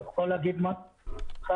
אני יכול להגיד משהו,